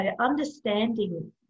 understanding